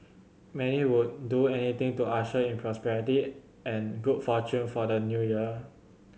many would do anything to usher in prosperity and good fortune for the New Year